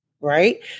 right